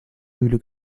mühle